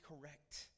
correct